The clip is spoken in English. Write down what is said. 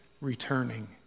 returning